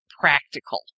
practical